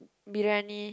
briyani